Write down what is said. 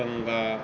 Ganga